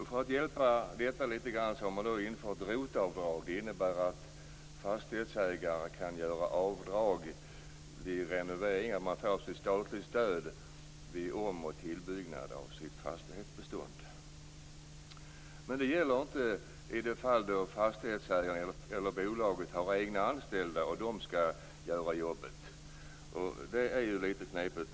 För att i någon mån hjälpa upp situationen har man infört ROT-avdrag. Det innebär att fastighetsägare kan göra avdrag vid renovering. Man får alltså statligt stöd vid om och tillbyggnad av sitt fastighetsbestånd. Men det gäller inte för det fall då fastighetsägaren eller bolaget har egna anställda som skall göra jobbet. Det är ju litet knepigt.